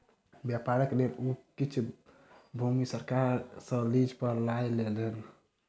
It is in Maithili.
व्यापारक लेल ओ किछ भूमि सरकार सॅ लीज पर लय लेलैन